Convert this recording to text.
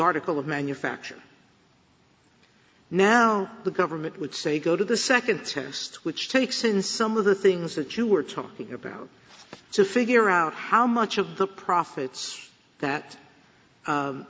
article of manufacture now the government would say go to the second test which takes in some of the things that you were talking about to figure out how much of the profits that